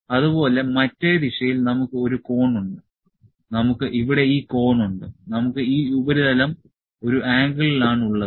അതുപോലെ മറ്റേ ദിശയിൽ നമുക്ക് ഒരു കോൺ ഉണ്ട് നമുക്ക് ഇവിടെ ഈ കോൺ ഉണ്ട് നമുക്ക് ഈ ഉപരിതലം ഒരു ആംഗിളിൽ ആണ് ഉള്ളത്